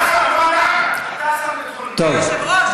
היושב-ראש,